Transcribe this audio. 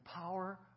power